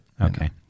Okay